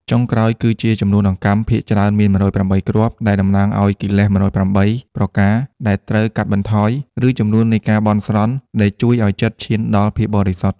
ចុងក្រោយ គឺជាចំនួនអង្កាំ ភាគច្រើនមាន ១០៨ គ្រាប់ ដែលតំណាងឱ្យកិលេស ១០៨ ប្រការដែលត្រូវកាត់បន្ថយ ឬចំនួននៃការបន់ស្រន់ ដែលជួយឱ្យចិត្តឈានដល់ភាពបរិសុទ្ធ។